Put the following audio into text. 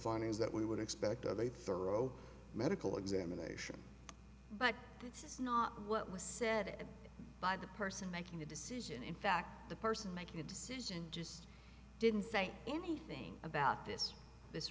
funnies that we would expect of a thorough medical examination but it's not what was said by the person making the decision in fact the person making a decision just didn't say anything about this this